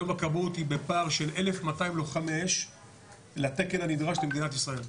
היום הכבאות היא בפער של 1,200 לוחמי אש לתקן הנדרש למדינת ישראל.